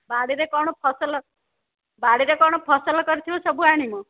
ବାଡ଼ିରେ କ'ଣ ଫସଲ ବାଡ଼ିରେ କ'ଣ ଫସଲ କରିଥିବ ସବୁ ଆଣିବ